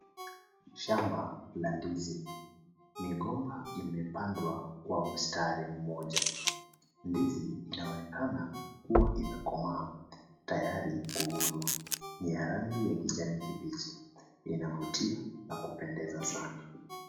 Shamba la ndizi migomba imepangwa kwa mstari mmoja. Ndizi hili linaonekana kuwa limekomaa tayari kuvunwa. Ni ya rangi ya kijani kibichi inavutia na kupendeza sana.